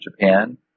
Japan